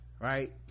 right